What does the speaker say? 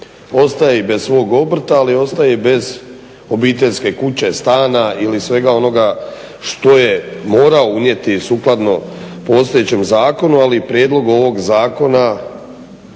Ostaje i bez svog obrta, ali ostaje i bez obiteljske kuće, stana ili svega onoga što je morao unijeti sukladno postojećem zakonu ali i prijedlogu ovog zakona